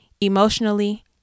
emotionally